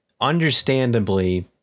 understandably